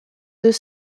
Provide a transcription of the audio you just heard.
deux